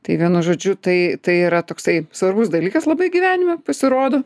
tai vienu žodžiu tai tai yra toksai svarbus dalykas labai gyvenime pasirodo